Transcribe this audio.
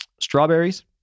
strawberries